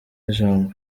ijambo